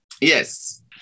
Yes